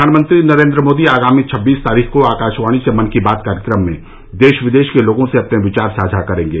प्रधानमंत्री नरेन्द्र मोदी आगामी छब्बीस तारीख को आकाशवाणी से मन की बात कार्यक्रम में देश विदेश के लोगों से अपने विचार साझा करेंगे